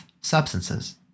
substances